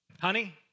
Honey